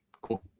Cool